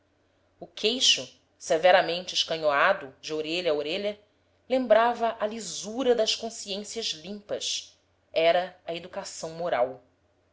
o queixo severamente escanhoado de orelha a orelha lembrava a lisura das consciências limpas era a educação moral